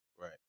Right